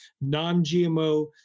non-GMO